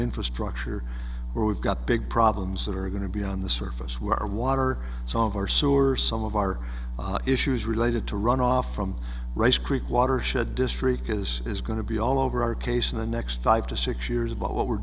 infrastructure where we've got big problems that are going to be on the surface where our water solve our sewer some of our issues related to runoff from rice creek watershed district is is going to be all over our case in the next five to six years about what we're